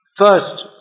first